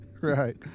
Right